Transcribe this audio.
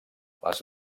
les